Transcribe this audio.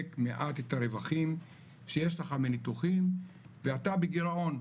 --- את הרווחים שיש לך מניתוחים ואתה בגירעון,